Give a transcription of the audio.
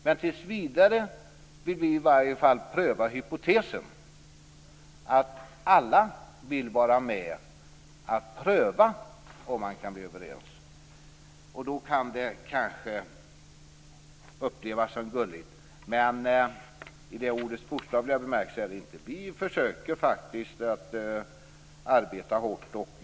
Men tills vidare vill vi pröva hypotesen att alla skall vara med och pröva om man kan komma överens, och då kan det kanske upplevas som gulligt. Men gulligt i ordets bokstavliga bemärkelse är det inte. Vi försöker att arbeta hårt.